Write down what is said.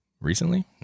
Recently